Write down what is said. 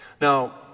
Now